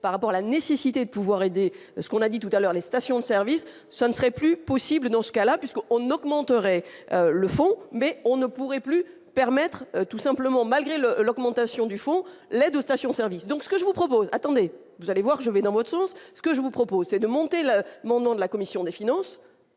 par rapport à la nécessité de pouvoir aider parce qu'on a dit tout à l'heure, les stations-service, ça ne serait plus possible dans ce cas-là, puisque on augmenterait le fond mais on ne pourrait plus permettre tout simplement malgré le l'augmentation du fonds la de stations-service, donc ce que je vous propose, attendez, vous allez voir, je vais dans votre sens, ce que je vous propose, c'est de monter la moment de la commission des finances